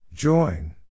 Join